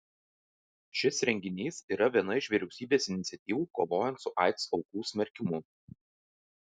šis renginys yra viena iš vyriausybės iniciatyvų kovojant su aids aukų smerkimu